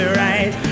right